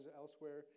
elsewhere